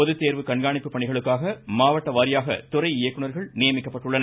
பொதுத்தேர்வு கண்காணிப்பு பணிகளுக்காக மாவட்ட வரியாக துறை இயக்குநர்கள் நியமிக்கப்பட்டுள்ளனர்